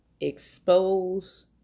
expose